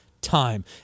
time